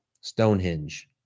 Stonehenge